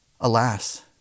Alas